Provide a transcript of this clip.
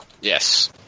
yes